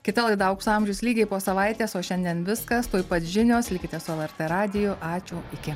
kita laida aukso amžius lygiai po savaitės o šiandien viskas tuoj pat žinios likite su lrt radiju ačiū iki